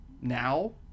now